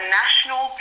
national